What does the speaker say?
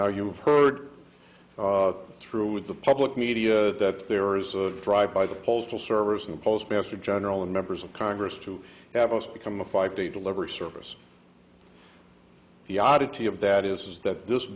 now you've heard through with the public media that there is a drive by the postal service and postmaster general and members of congress to have us become a five day delivery service the oddity of that is that